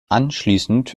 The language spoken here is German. anschließend